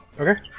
Okay